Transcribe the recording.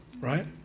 right